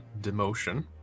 demotion